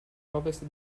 ovest